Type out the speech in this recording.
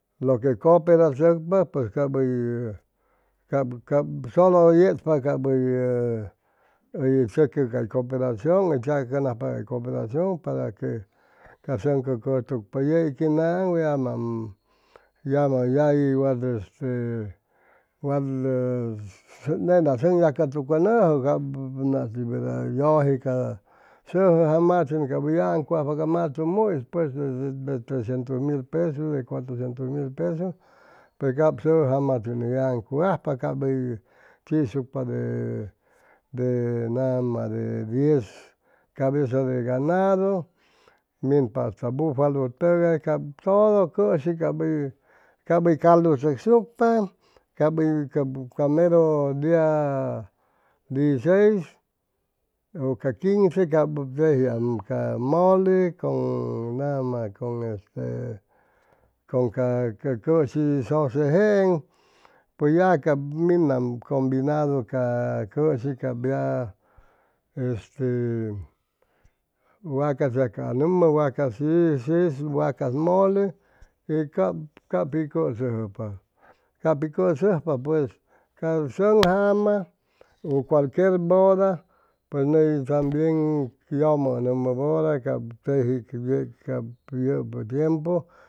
Lo que cooperachʉcpa pues cap hʉy cap cap solo yechpa cap hʉy hʉy tzacʉ cay cooperacion hʉy tzacʉnajpa cay cooperacion para que ca sʉŋ cʉtucpa yei quinaŋ yamam yagui wat este wat nena sʉŋ yacʉtucʉnʉjʉ cap nati verda yʉje ca sʉjʉ jamatin cap hʉy yagaŋcugajpa ca matumu'is pues de trecientus mil peso de cutricientus mil pesu pe cap sʉjʉ jamatin hʉy yagaŋcugajpa cap hʉy chisucpa de de nama de diez cabeza de ganadu minpa hasta fufalutʉgay cap todo cʉshi cap cap hʉy caldu tzʉcsucpa cap cap ca mero dia diesiseis ʉ ca quince cap tejiam ca moli con nama con ca cʉshi sʉse jeeŋ pues ya cap minam combinadu ca ca cʉshi cap ya este wacas yaaanʉmʉ wacas shi shis wacas mole y cap capi capi cʉsʉjpa pues ca sʉŋ jama ʉ cualquier boda pues ney tambien yʉmʉnʉhʉmʉ bʉra cap teji yʉpʉ tiempu